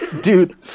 dude